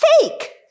fake